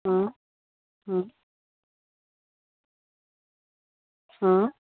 હઁ હમ હઁ